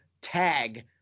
Tag